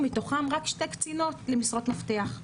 ומתוכם רק שתי קצינות למשרות מפתח.